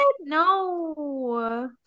no